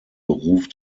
beruf